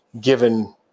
given